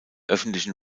öffentlichen